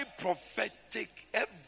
prophetic